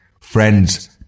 Friends